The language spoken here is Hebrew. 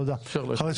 תודה רבה.